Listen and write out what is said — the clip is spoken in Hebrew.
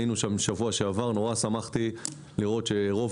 היינו שם בשבוע שעבר ומאוד שמחתי לראות שרוב